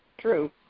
true